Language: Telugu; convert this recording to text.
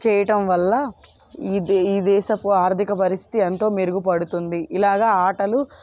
చేయటం వల్ల ఈ దే ఈ దేశపు ఆర్థిక పరిస్థితి ఎంతో మెరుగుపడుతుంది ఇలాగ ఆటలు